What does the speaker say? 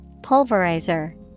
Pulverizer